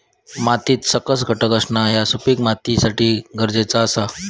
मातीत सकस घटक असणा ह्या सुपीक मातीसाठी गरजेचा आसा